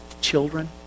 children